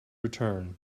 return